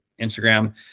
Instagram